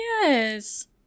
Yes